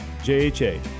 JHA